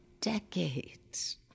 decades